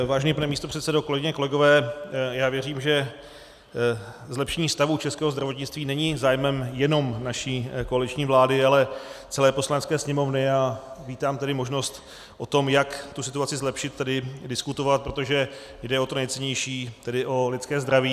Vážený pane místopředsedo, kolegyně, kolegové, věřím, že zlepšení stavu českého zdravotnictví není zájmem jenom naší koaliční vlády, ale celé Poslanecké sněmovny, a vítám tedy možnost o tom, jak situaci zlepšit, tady diskutovat, protože jde o to nejcennější, tedy o lidské zdraví.